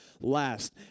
last